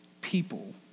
people